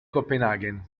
copenaghen